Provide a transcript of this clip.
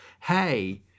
Hey